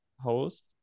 host